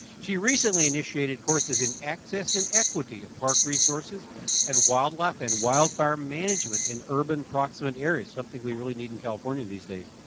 she recently initiated courses in access and equity, park resources and wildlife and wild farm management in urban proximate areas, something we really need in california these days.